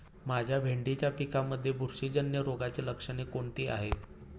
माझ्या भेंडीच्या पिकामध्ये बुरशीजन्य रोगाची लक्षणे कोणती आहेत?